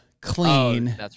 clean